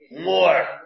More